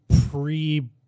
pre